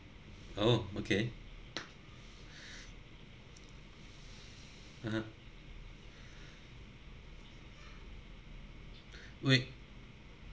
oh okay (uh huh) wait